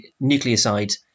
nucleosides